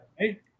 Right